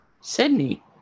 Sydney